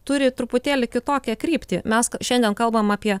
turi truputėlį kitokią kryptį mes šiandien kalbam apie